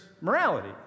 morality